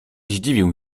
zdziwił